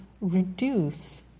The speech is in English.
reduce